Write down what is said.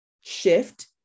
shift